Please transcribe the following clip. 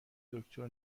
دکتر